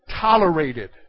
tolerated